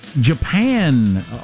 Japan